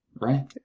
right